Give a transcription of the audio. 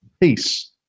peace